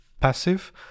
passive